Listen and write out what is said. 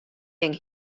gong